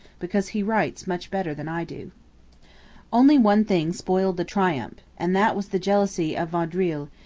because he writes much better than i do only one thing spoiled the triumph and that was the jealousy of vaudreuil,